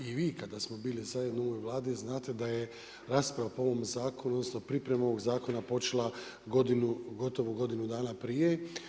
I vi kada smo bili zajedno u ovoj Vladi, znate da je rasprava po ovom zakonu, odnosno, priprema ovog zakona počela godinu, gotovo godinu dana prije.